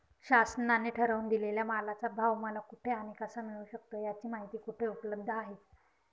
शासनाने ठरवून दिलेल्या मालाचा भाव मला कुठे आणि कसा मिळू शकतो? याची माहिती कुठे उपलब्ध आहे?